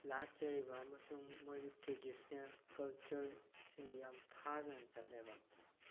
ꯂꯥꯠꯆꯔꯤꯕ ꯑꯃꯁꯨꯡ ꯃꯣꯏꯒꯤ ꯇ꯭ꯔꯦꯗꯤꯁꯅꯦꯜ ꯀꯜꯆꯔꯁꯤꯡꯗ ꯌꯥꯝ ꯊꯥꯖꯅ ꯆꯠꯂꯦꯕ